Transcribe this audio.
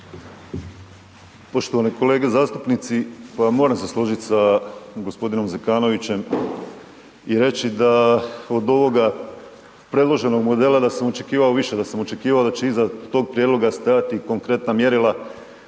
Poštovani kolege zastupnici, pa moram se složiti s g. Zekanovićem i reći da od ovoga predloženog modela, da sam očekivao više, da sam očekivao da će iza tog prijedloga stajati konkretna mjerila,